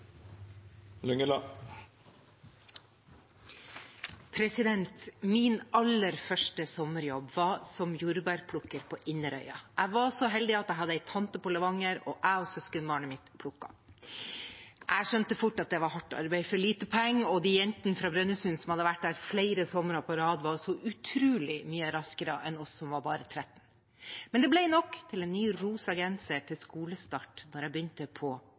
på Inderøy. Jeg var så heldig å ha en tante på Levanger, og jeg og søskenbarnet mitt plukket. Jeg skjønte fort at det var hardt arbeid for lite penger, og de jentene fra Brønnøysund som hadde vært der flere somre på rad, var så utrolig mye raskere enn oss som bare var 13 år. Men det ble nok til en ny rosa genser til skolestart da jeg begynte på